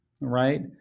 right